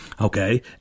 okay